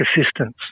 assistance